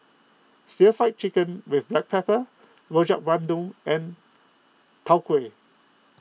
Stir Fry Chicken with Black Pepper Rojak Bandung and Tau Huay